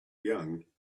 young